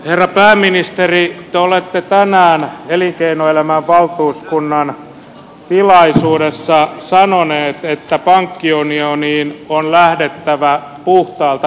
herra pääministeri te olette tänään elinkeinoelämän valtuuskunnan tilaisuudessa sanonut että pankkiunioniin on lähdettävä puhtaalta pöydältä